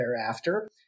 thereafter